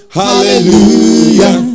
hallelujah